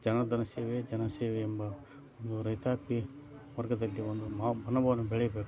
ಜನಾರ್ಧನ ಸೇವೆಯೇ ಜನ ಸೇವೆ ಎಂಬ ಒಂದು ರೈತಾಪಿ ವರ್ಗದಲ್ಲಿ ಒಂದು ಮಾವ್ ಮನೋಭಾವನೆ ಬೆಳಿಬೇಕು